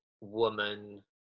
woman